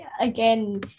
again